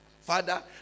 Father